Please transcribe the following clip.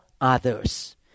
others